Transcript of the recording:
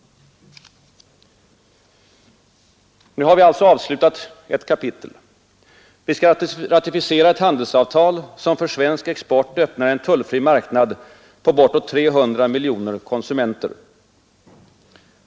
Nu har vi alltså avslutat ett kapitel. Vi skall ratificera ett handelsavtal, som för svensk export öppnar en tullfri marknad på bortåt 300 miljoner konsumenter.